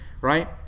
right